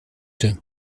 tüte